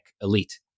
elite